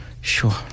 sure